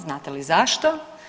Znate li zašto?